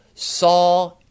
Saw